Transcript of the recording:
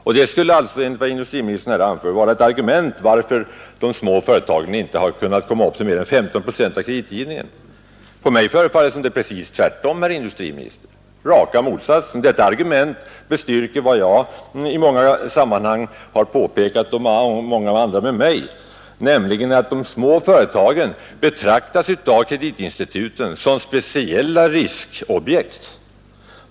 Detta skulle alltså enligt industriministerns mening vara ett argument för att de små företagen inte har kunnat komma upp till mer än 15 procent av kreditgivningen. Det förefaller mig, som om detta argument verkar precis tvärtom, herr industriminister. Argumentet bestyrker vad jag och många med mig i flera sammanhang har påpekat, nämligen att småföretagen av kreditinstituten betraktas som speciella riskobjekt.